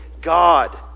God